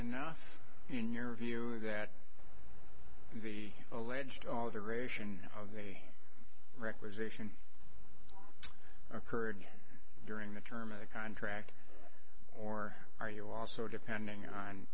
enough in your view that the alleged alteration of the requisition occurred during the term of the contract or are you also depending on